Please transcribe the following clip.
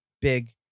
big